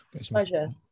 Pleasure